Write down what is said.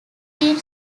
been